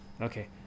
Okay